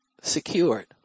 secured